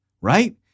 right